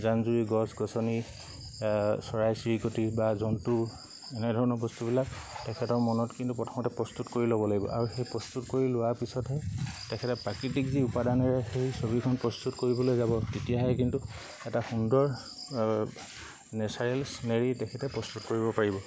জান জুৰি গছ গছনি চৰাই চিৰিকতি বা জন্তু এনেধৰণৰ বস্তুবিলাক তেখেতৰ মনত কিন্তু প্ৰথমতে প্ৰস্তুত কৰি ল'ব লাগিব আৰু সেই প্ৰস্তুত কৰি লোৱাৰ পিছতহে তেখেতে প্ৰাকৃতিক যি উপাদানেৰে সেই ছবিখন প্ৰস্তুত কৰিবলৈ যাব তেতিয়াহে কিন্তু এটা সুন্দৰ নেচাৰেল চিনেৰি তেখেতে প্ৰস্তুত কৰিব পাৰিব